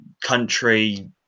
country